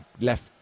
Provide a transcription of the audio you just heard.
left